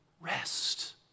rest